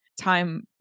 time